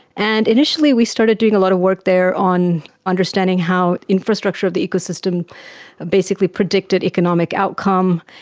and initially we started doing a lot of work there on understanding how infrastructure of the ecosystem basically predicted economic outcome,